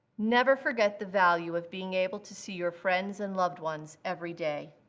never forget the value of being able to see your friends and loved ones every day.